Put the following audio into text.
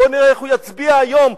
בואו נראה איך הוא יצביע היום,